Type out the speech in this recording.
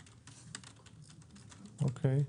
אוקיי.